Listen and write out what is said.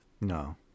no